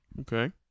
Okay